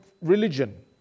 religion